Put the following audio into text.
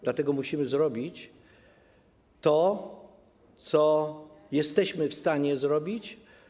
Dlatego musimy zrobić to, co jesteśmy w stanie zrobić.